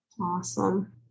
Awesome